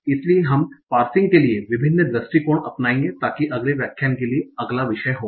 इसलिए हम पार्सिंग के लिए विभिन्न दृष्टिकोण अपनाएंगे ताकि अगले व्याख्यान के लिए अगला विषय होगा